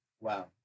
Wow